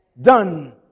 Done